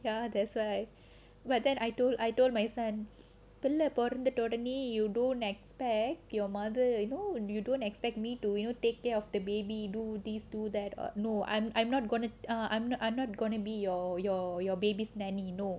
ya that's why but then I told I told my son புள்ள பொறந்துட்ட ஒடனே:pulla poranthutta odanae you don't expect your mother you know you don't expect me to you know take care of the baby do this do that no I'm I'm not gonna err I'm gonna I'm not gonna be your your your baby's nanny no